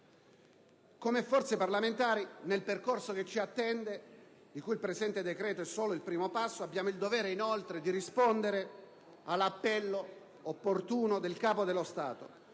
Come forze parlamentari, nel percorso che ci attende, di cui il presente decreto è solo il primo passo, abbiamo il dovere inoltre di rispondere all'appello opportuno del Capo dello Stato